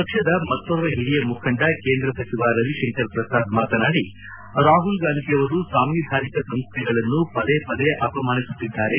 ಪಕ್ಷದ ಮತ್ತೋರ್ವ ಹಿರಿಯ ಮುಖಂಡ ಕೇಂದ್ರ ಸಚಿವ ರವಿಕಂಕರ್ ಪ್ರಸಾದ್ ಮಾತನಾಡಿ ರಾಹುಲ್ ಗಾಂಧಿಯವರು ಸಾಂವಿಧಾನಿಕ ಸಂಸ್ಥೆಗಳನ್ನು ಪದೇಪದೆ ಅಪಮಾನಿಸುತ್ತಿದ್ದಾರೆ